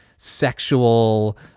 Sexual